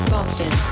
Boston